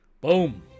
Boom